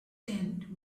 tent